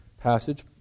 passage